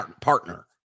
partner